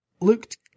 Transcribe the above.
looked